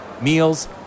meals